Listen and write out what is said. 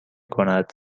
کند